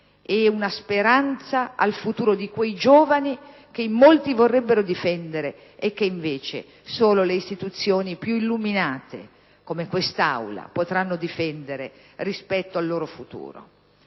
e una speranza al futuro di quei giovani che in molti vorrebbero difendere e che invece solo le istituzioni più illuminate, come quest'Aula, potranno difendere rispetto al loro futuro.